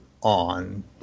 on